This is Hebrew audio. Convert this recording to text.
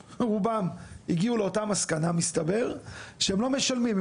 הגיעו לאותה מסקנה מסתבר שהם לא משלמים,